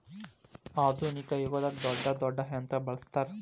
ಆದುನಿಕ ಯುಗದಾಗ ದೊಡ್ಡ ದೊಡ್ಡ ಯಂತ್ರಾ ಬಳಸ್ತಾರ